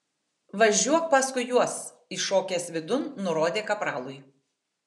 važiuok paskui juos įšokęs vidun nurodė kapralui